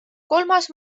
kolmas